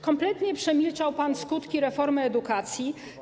Kompletnie przemilczał pan skutki reformy edukacji.